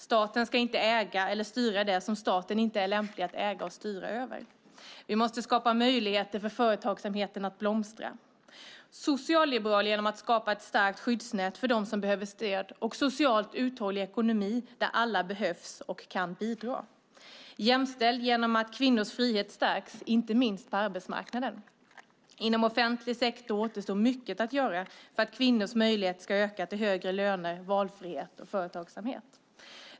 Staten ska inte äga eller styra det som staten inte är lämplig att äga och styra över. Vi måste skapa möjligheter för företagsamheten att blomstra. Den ekonomiska politiken ska vara socialliberal genom att skapa ett starkt skyddsnät för dem som behöver stöd. Det ska vara en socialt uthållig ekonomi där alla behövs och kan bidra. Den ekonomiska politiken ska vara jämställd genom att kvinnors frihet stärks, inte minst på arbetsmarknaden. Inom offentlig sektor återstår mycket att göra för att kvinnors möjligheter till högre löner, valfrihet och företagsamhet ska öka.